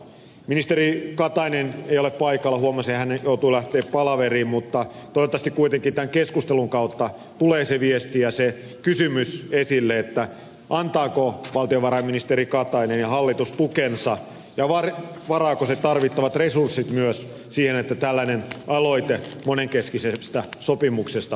ministeri katainen ei ole paikalla huomasin että hän joutui lähtemään palaveriin mutta toivottavasti kuitenkin tämän keskustelun kautta tulee se viesti ja se kysymys esille antavatko valtiovarainministeri katainen ja hallitus tukensa ja varaako hallitus tarvittavat resurssit myös siihen että tällainen aloite monenkeskisestä sopimuksesta edistyisi